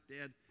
dead